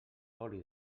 oli